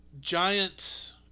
giant